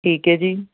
ਠੀਕ ਹੈ ਜੀ